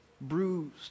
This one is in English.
bruised